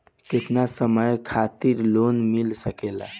केतना समय खातिर लोन मिल सकेला?